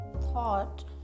thought